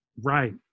right